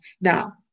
Now